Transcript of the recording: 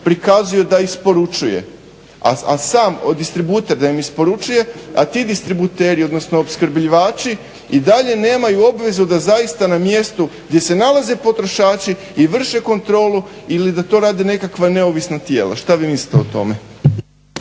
prikazuje da isporučuje. A sam distributer da im isporučuje a ti distributeri, odnosno opskrbljivači i dalje nemaju obvezu da zaista na mjestu gdje se nalaze potrošači i vrše kontrolu ili da to rade nekakva neovisna tijela. Što vi mislite o tome?